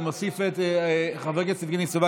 אני מוסיף את חבר הכנסת יבגני סובה